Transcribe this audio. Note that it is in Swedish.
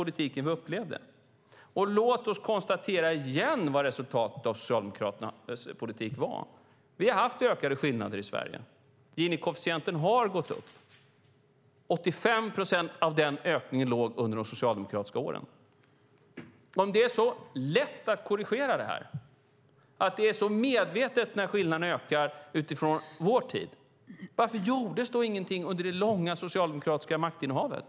Låt oss återigen konstatera vad resultatet av Socialdemokraternas politik var. Vi har haft ökade skillnader i Sverige. Gini-koefficienten har gått upp. 85 procent av den ökningen låg under de socialdemokratiska åren. Om det är så lätt att korrigera det här, om det är så medvetet när skillnaderna ökar under vår tid, varför gjordes då ingenting under det långa socialdemokratiska maktinnehavet?